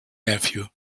nephew